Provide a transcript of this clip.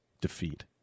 defeat